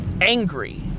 Angry